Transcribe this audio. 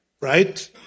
right